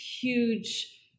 huge